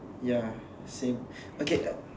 ya same okay